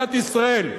במדינת ישראל,